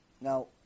Now